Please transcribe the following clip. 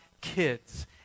kids